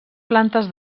plantes